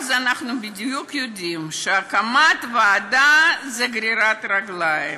אנחנו יודעים שהקמת ועדה זה גרירת רגליים.